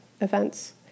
events